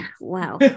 Wow